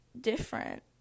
different